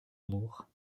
moore